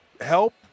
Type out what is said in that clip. help